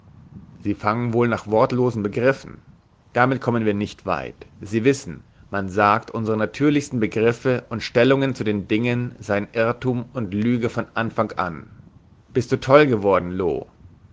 sie fangen wohl nach wortlosen begriffen damit kommen wir nicht weit sie wissen man sagt unsere natürlichsten begriffe und stellungen zu den dingen seien irrtum und lüge von anfang an bist du toll geworden loo